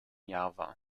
java